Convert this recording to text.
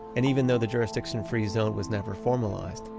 and even though the jurisdiction-free zone was never formalized,